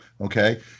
okay